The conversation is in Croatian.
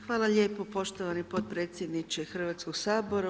Hvala lijepo poštovani potpredsjedniče Hrvatskoga sabora.